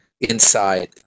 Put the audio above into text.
inside